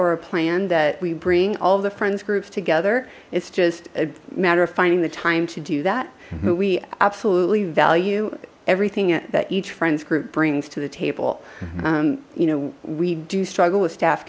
or a plan that we bring all the friends groups together it's just a matter of finding the time to do that but we absolutely value everything that each friends group brings to the table you know we do struggle with staff